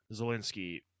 Zelensky